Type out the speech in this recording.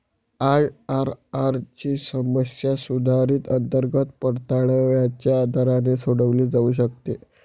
IRR ची समस्या सुधारित अंतर्गत परताव्याच्या दराने सोडवली जाऊ शकते